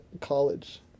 college